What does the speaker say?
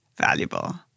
valuable